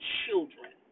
children